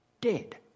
dead